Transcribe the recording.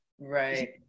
Right